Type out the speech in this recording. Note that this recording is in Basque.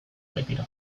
baitira